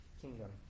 kingdom